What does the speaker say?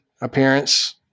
appearance